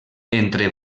entre